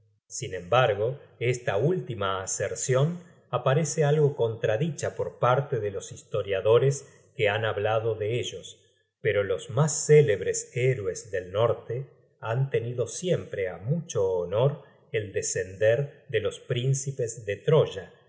sin embargo esta última asercion aparece algo contradicha por parte de los historiadores que han hablado de ellos pero los mas célebres héroes del norte han tenido siempre á mucho honor el descender de los príncipes de troya